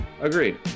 Agreed